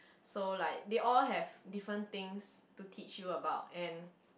so like they all have different things to teach you about and